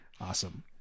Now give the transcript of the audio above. awesome